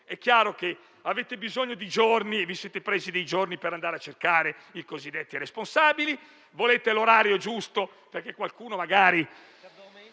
È chiaro che avete bisogno di giorni, che vi siete presi dei giorni per andare a cercare i cosiddetti responsabili. Volete l'orario giusto perché per qualcuno magari